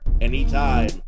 anytime